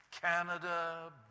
Canada